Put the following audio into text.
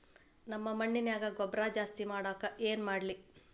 ನಮ್ಮ ಮಣ್ಣಿನ್ಯಾಗ ಗೊಬ್ರಾ ಜಾಸ್ತಿ ಮಾಡಾಕ ಏನ್ ಮಾಡ್ಲಿ?